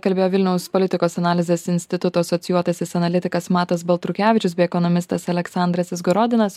kalbėjo vilniaus politikos analizės instituto asocijuotasis analitikas matas baltrukevičius bei ekonomistas aleksandras izgorodinas